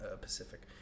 Pacific